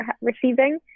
receiving